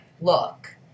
look